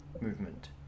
movement